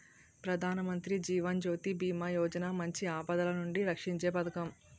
ప్రధానమంత్రి జీవన్ జ్యోతి బీమా యోజన మంచి ఆపదలనుండి రక్షీంచే పదకం